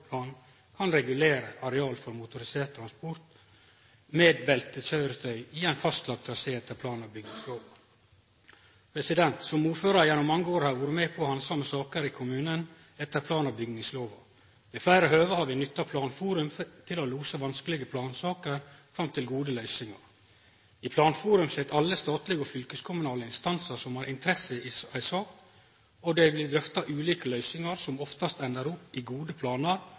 for motorisert transport med beltekøyretøy i ein fastlagd trasé etter plan- og bygningslova. Som ordførar gjennom mange år har eg vore med på å handsame saker i kommunen etter plan- og bygningslova. Ved fleire høve har vi nytta planforum til å lose vanskelege plansaker fram til gode løysingar. I planforum sit alle statlege og fylkeskommunale instansar som har interesse i ei sak, og det blir drøfta ulike løysingar, som oftast endar opp i gode planar